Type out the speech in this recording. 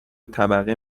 طبقه